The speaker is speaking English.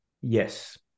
Yes